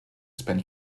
span